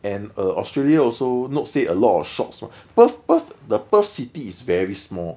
and uh australia also not say a lot of shops mah perth perth the perth city is very small